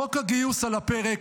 חוק הגיוס על הפרק.